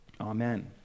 Amen